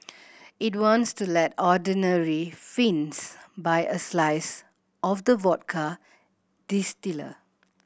it wants to let ordinary Finns buy a slice of the vodka distiller